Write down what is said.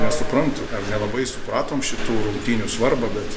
nesuprantu ar nelabai supratom šitų rungtynių svarbą bet